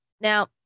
Now